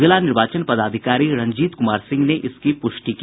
जिला निर्वाचन पदाधिकारी रणजीत कुमार सिंह ने इसकी पुष्टि की